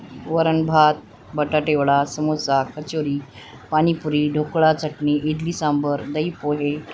वरण भात बटाटे वडा समोसा कचोरी पाणीपुरी ढोकळा चटणी इडली सांबार दही पोहे